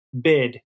bid